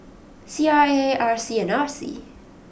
C R A R C and R C